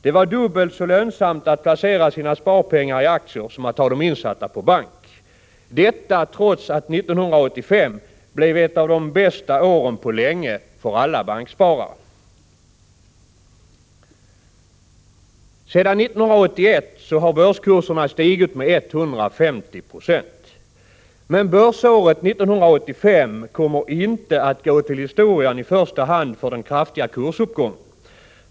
Det var då dubbelt så lönsamt att placera sina sparpengar i aktier som att ha dem insatta på bank — detta trots att 1985 blev ett av de bästa åren på länge för alla banksparare. Sedan 1981 har börskurserna stigit med 150 26. Men börsåret 1985 kommer inte att gå till historien i första hand för den kraftiga kursuppgångens skull.